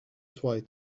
dwight